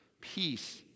peace